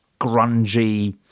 grungy